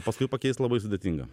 paskui pakeisti labai sudėtinga